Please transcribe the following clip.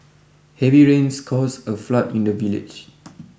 heavy rains caused a flood in the village